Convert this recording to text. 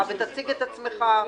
ותציג את עצמך.